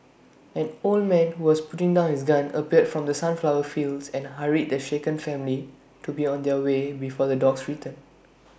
an old man who was putting down his gun appeared from the sunflower fields and hurried the shaken family to be on their way before the dogs return